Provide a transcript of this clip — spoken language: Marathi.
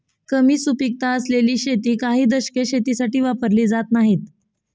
कमी सुपीकता असलेली शेती काही दशके शेतीसाठी वापरली जात नाहीत